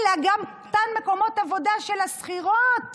אלא גם אותם מקומות עבודה של השכירות